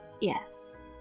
Yes